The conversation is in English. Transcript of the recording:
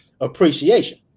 appreciation